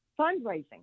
fundraising